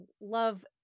love